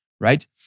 right